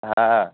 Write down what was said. হ্যাঁ